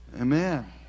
amen